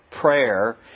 prayer